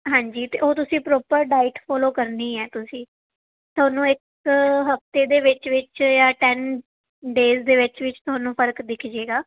ਹਾਂਜੀ ਅਤੇ ਉਹ ਤੁਸੀਂ ਪ੍ਰੋਪਰ ਡਾਇਟ ਫੋਲੋ ਕਰਨੀ ਹੈ ਤੁਸੀਂ ਤੁਹਾਨੂੰ ਇੱਕ ਹਫਤੇ ਦੇ ਵਿੱਚ ਵਿੱਚ ਜਾਂ ਟੇਨ ਡੇਸ ਦੇ ਵਿੱਚ ਵਿੱਚ ਤੁਹਾਨੂੰ ਫਰਕ ਦਿਖ ਜਾਏਗਾ